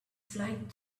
flight